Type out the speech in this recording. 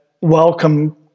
welcome